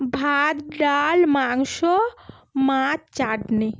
ভাত ডাল মাংস মাছ চাটনি